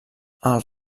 els